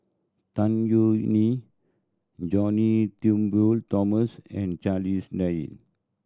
Tan Yeok Nee John Turnbull Thomson and Charles Dyce